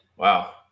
Wow